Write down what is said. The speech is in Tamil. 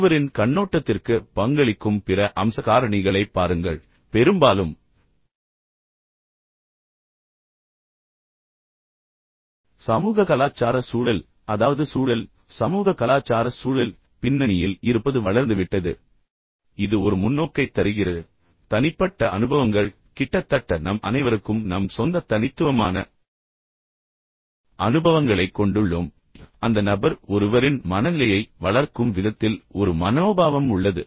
ஒருவரின் கண்ணோட்டத்திற்கு பங்களிக்கும் பிற அம்ச காரணிகளைப் பாருங்கள் பெரும்பாலும் சமூக கலாச்சார சூழல் அதாவது சூழல் சமூக கலாச்சார சூழல் பின்னணியில் இருப்பது வளர்ந்துவிட்டது எனவே இது ஒரு முன்னோக்கைத் தருகிறது தனிப்பட்ட அனுபவங்கள் கிட்டத்தட்ட நம் அனைவருக்கும் நம் சொந்த தனித்துவமான அனுபவங்களைக் கொண்டுள்ளோம் பின்னர் அந்த நபர் ஒருவரின் மனநிலையை வளர்க்கும் விதத்தில் ஒரு மனோபாவம் உள்ளது